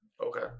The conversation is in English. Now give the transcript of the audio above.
Okay